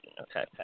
Okay